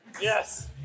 Yes